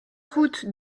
route